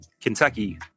Kentucky